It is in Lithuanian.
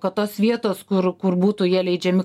kad tos vietos kur kur būtų jie leidžiami